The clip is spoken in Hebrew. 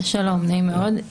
שלום, נעים מאוד.